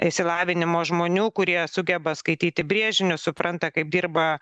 išsilavinimo žmonių kurie sugeba skaityti brėžinius supranta kaip dirba